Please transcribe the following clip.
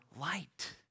light